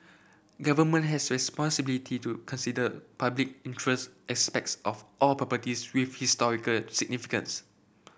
government has responsibility to consider public interest aspects of all properties with historical significance